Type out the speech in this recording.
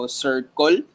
circle